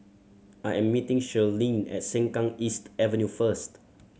I am meeting Shirlene at Sengkang East Avenue first